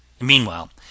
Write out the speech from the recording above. Meanwhile